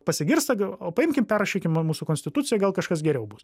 pasigirsta ga o paimkim perrašykim mūsų konstituciją gal kažkas geriau bus